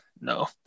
no